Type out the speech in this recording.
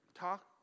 talk